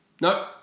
No